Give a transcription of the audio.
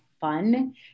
fun